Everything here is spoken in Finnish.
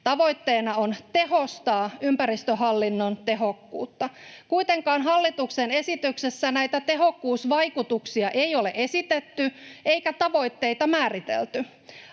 tavoitteena on tehostaa ympäristöhallinnon tehokkuutta. Kuitenkaan hallituksen esityksessä näitä tehokkuusvaikutuksia ei ole esitetty eikä tavoitteita määritelty.